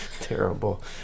Terrible